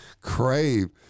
Crave